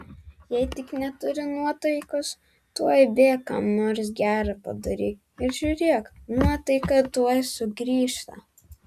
jei tik neturi nuotaikos tuoj bėk kam nors gera padaryk ir žiūrėk nuotaika tuoj sugrįžta